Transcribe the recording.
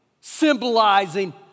symbolizing